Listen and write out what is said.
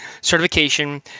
certification